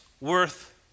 worth